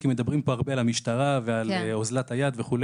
כי מדברים פה הרבה על המשטרה ועל אוזלת היד וכו',